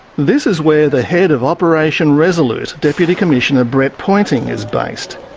this is where the head of operation resolute, deputy commissioner brett pointing, is based.